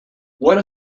what